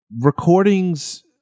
recordings